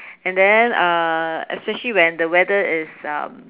and then uh especially when the weather is um